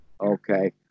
Okay